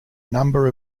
number